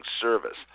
service